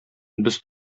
без